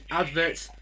adverts